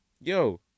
Yo